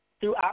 Throughout